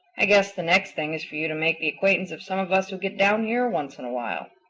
i guess the next thing is for you to make the acquaintance of some of us who get down here once in awhile.